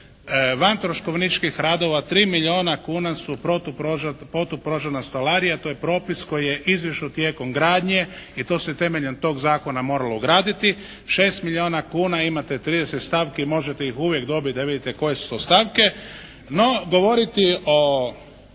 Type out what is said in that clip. van troškovničkih radova, tri milijuna kuna su protupožarna stolarija. To je propis koji je izašao tijekom gradnje i to se temeljem tog zakona moralo ugraditi. Šest milijuna kuna imate 30 stavki i možete ih uvijek dobiti da vidite koje su to stavke. No, govoriti o